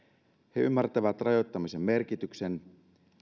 he ymmärtävät rajoittamisen merkityksen